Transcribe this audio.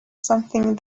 something